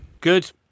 Good